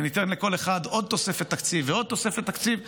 וניתן לכל אחד עוד תוספת תקציב ועוד תוספת תקציב,